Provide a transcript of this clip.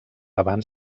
abans